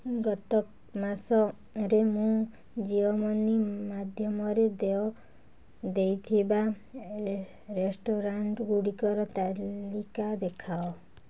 ଗତ ମାସରେ ମୁଁ ଜିଓ ମନି ମାଧ୍ୟମରେ ଦେୟ ଦେଇଥିବା ରେଷ୍ଟୁରାଣ୍ଟ୍ଗୁଡ଼ିକର ତାଲିକା ଦେଖାଅ